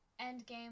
endgame